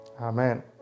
Amen